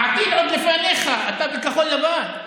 העתיד עוד לפניך, אתה בכחול לבן.